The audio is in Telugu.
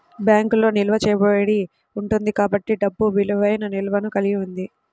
బ్యాంకులో నిల్వ చేయబడి ఉంటుంది కాబట్టి డబ్బు విలువైన నిల్వను కలిగి ఉంది